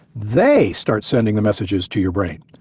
they start sending the messages to your brain,